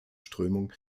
strömung